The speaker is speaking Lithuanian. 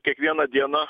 kiekvieną dieną